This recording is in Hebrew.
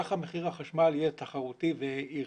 כך מחיר החשמל יהיה תחרותי וירד.